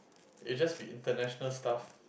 it just be international stuff